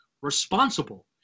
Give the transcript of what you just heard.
responsible